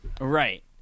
Right